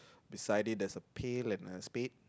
beside it there's a pail and a spade